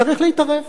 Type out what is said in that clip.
צריך להתערב.